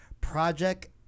Project